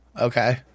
Okay